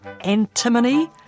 Antimony